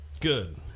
Good